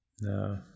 no